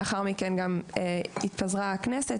לאחר מכן גם התפזרה הכנסת,